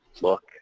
look